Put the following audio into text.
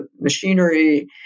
machinery